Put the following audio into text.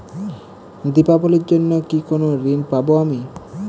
দীপাবলির জন্য কি কোনো ঋণ পাবো আমি?